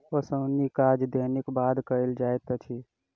ओसौनीक काज दौनीक बाद कयल जाइत अछि